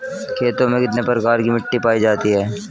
खेतों में कितने प्रकार की मिटी पायी जाती हैं?